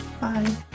Bye